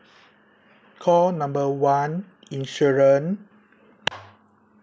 call number one insurance